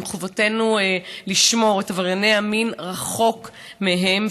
מחובתנו לשמור את עברייני המין רחוק מהם,